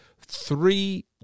three